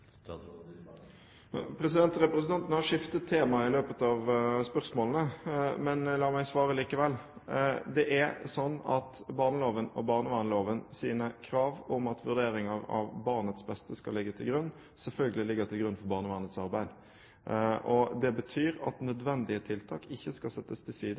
Representanten har skiftet tema i løpet av spørsmålene, men la meg svare likevel. Det er slik at barnevernslovens krav om at vurderinger av barnets beste skal ligge til grunn, selvfølgelig ligger til grunn for barnevernets arbeid. Det betyr at nødvendige tiltak ikke skal settes til side